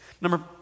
Number